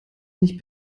nicht